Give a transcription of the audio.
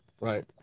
Right